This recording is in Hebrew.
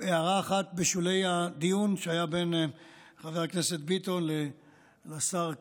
הערה אחת בשולי הדיון שהיה בין חבר הכנסת ביטון לשר קיש,